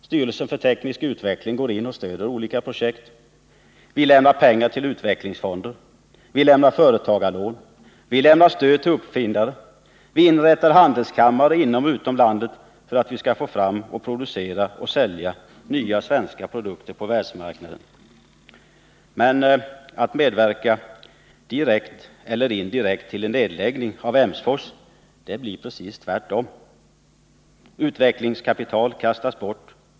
Styrelsen för teknisk utveckling går in och stöder olika projekt. Vi lämnar stöd till utvecklingsfonder. Vi lämnar företagarlån. Vi lämnar stöd till uppfinnare. Vi inrättar handelskamrar inom och utom landet för att vi skall kunna få fram, producera och sälja nya svenska produkter på världsmarknaden. Men att medverka, direkt eller indirekt, till en nedläggning av Emsfors blir precis tvärtom. Utvecklingskapital kastas bort.